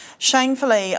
Shamefully